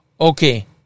Okay